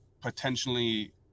potentially